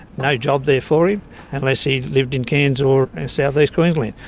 no job there for him unless he lived in cairns or southeast queensland.